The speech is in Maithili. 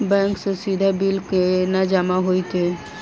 बैंक सँ सीधा बिल केना जमा होइत?